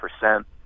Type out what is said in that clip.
percent